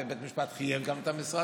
ובית משפט גם חייב את המשרד.